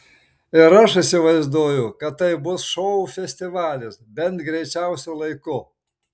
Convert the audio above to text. ir aš įsivaizduoju kad tai bus šou festivalis bent greičiausiu laiku